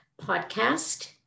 podcast